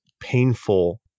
Painful